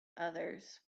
others